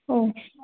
okay